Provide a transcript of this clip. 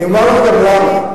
אני אומר לך גם למה.